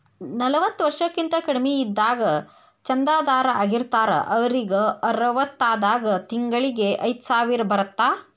ನಲವತ್ತ ವರ್ಷಕ್ಕಿಂತ ಕಡಿಮಿ ಇದ್ದಾಗ ಚಂದಾದಾರ್ ಆಗಿರ್ತಾರ ಅವರಿಗ್ ಅರವತ್ತಾದಾಗ ತಿಂಗಳಿಗಿ ಐದ್ಸಾವಿರ ಬರತ್ತಾ